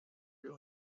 wir